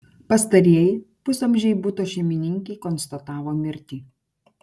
pastarieji pusamžei buto šeimininkei konstatavo mirtį